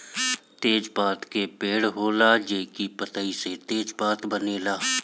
तेजपात के पेड़ होला जेकरी पतइ से तेजपात बनेला